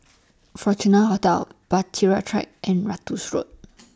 Fortuna Hotel Bahtera Track and Ratus Road